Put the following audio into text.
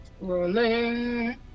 Rolling